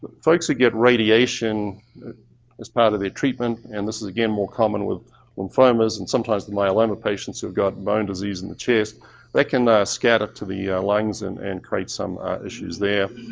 folks that get radiation as part of their treatment. and this is again more common with lymphomas and sometimes the myeloma patients who have gotten bone disease in the chest that can scatter to the lungs and and create some issues there.